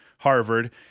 Harvard